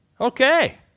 Okay